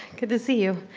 good to see you.